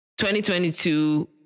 2022